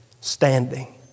Standing